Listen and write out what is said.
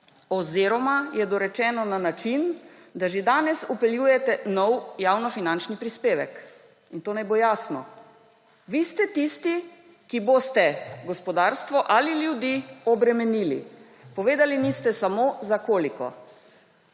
oziroma je dorečeno na način, da že danes vpeljujete nov javnofinančni prispevek, in to naj bo jasno. Vi ste tisti, ki boste gospodarstvo ali ljudi obremenili. Povedali niste samo za koliko.